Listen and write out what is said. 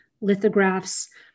lithographs